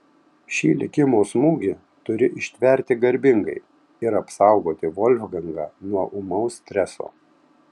šį likimo smūgį turi ištverti garbingai ir apsaugoti volfgangą nuo ūmaus streso